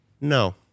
No